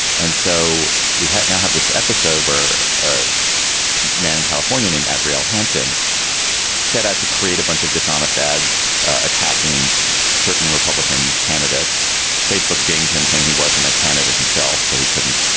and so we now have this episode where a man in california named adriel hampton set out to create a bunch of dishonest ads attacking certain republican candidates facebook dinged him saying he wasn't a candidate himself so he couldn't.